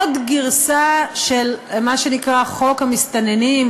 עוד גרסה של מה שנקרא חוק המסתננים,